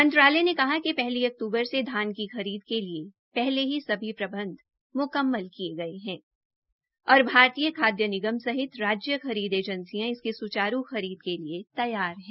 मंत्रालय ने कहा कि पहली अक्तूबर से धान की खरीद के लिए पहले ही सभी प्रबंध मुकम्मल किए गए हैं और भारतीय खाद्य निगम सहित राज्य खरीद एजेंसियां इसकी सुचारू खरीद के लिए तैयार हैं